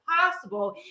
possible